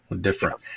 different